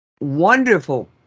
wonderful